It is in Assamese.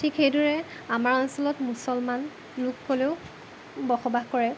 ঠিক সেইদৰে আমাৰ অঞ্চলত মুছলমান লোকসকলেও বসবাস কৰে